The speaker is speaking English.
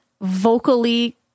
vocally